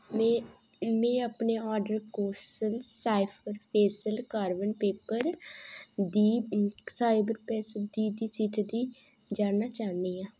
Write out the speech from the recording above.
में में अपने order Kores sapphire pencil carbon paper दी स्थिति जानना चाह्न्नी आं